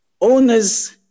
Owners